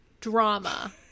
drama